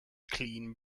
clean